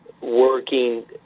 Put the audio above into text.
working